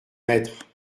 maître